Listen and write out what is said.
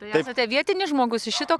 tai esate vietinis žmogus iš šito